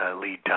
lead